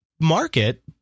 market